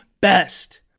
best